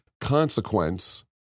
consequence